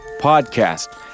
Podcast